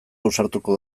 ausartuko